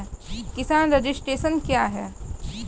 किसान रजिस्ट्रेशन क्या हैं?